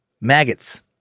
Maggots